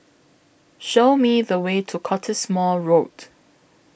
Show Me The Way to Cottesmore Road